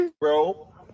Bro